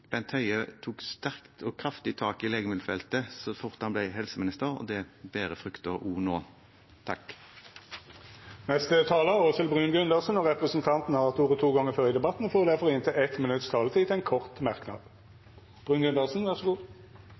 Bent Høie tok sterkt og kraftig tak i legemiddelfeltet så fort han ble helseminister, og det bærer frukter, også nå. Representanten Åshild Bruun-Gundersen har hatt ordet to gonger tidlegare og får ordet til ein kort merknad, avgrensa til